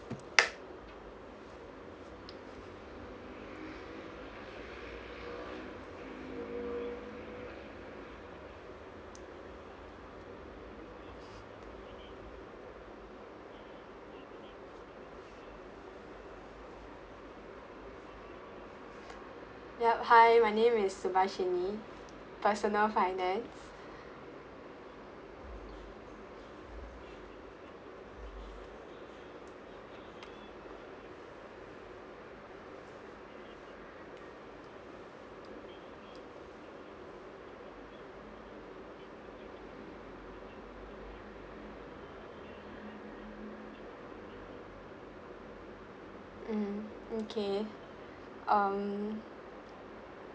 yup hi my name is subashini personal finance mmhmm okay um